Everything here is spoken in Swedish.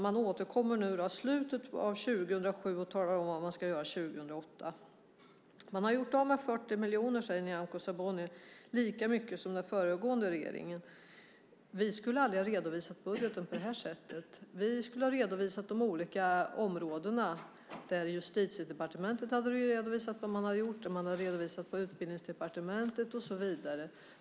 Man återkommer i slutet av 2007 och talar om vad man ska göra 2008. Man har gjort av med 40 miljoner, säger Nyamko Sabuni, lika mycket som den föregående regeringen. Men vi skulle aldrig ha redovisat budgeten på det här sättet. Vi skulle ha redovisat de olika områdena. Justitiedepartementet hade redovisat vad man hade gjort där, man hade gjort en redovisning på Utbildningsdepartementet och så vidare.